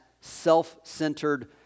self-centered